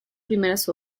primeras